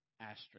asterisk